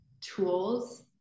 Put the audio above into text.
tools